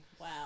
Wow